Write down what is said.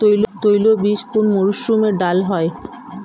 তৈলবীজ কোন মরশুমে ভাল হয়?